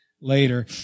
later